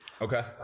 Okay